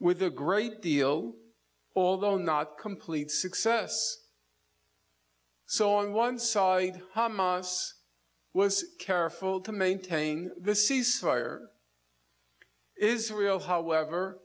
with a great deal although not complete success so on one side hamas was careful to maintain the cease fire israel however